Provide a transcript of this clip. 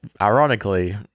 ironically